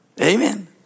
Amen